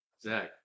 Zach